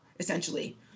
essentially